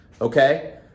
okay